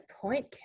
point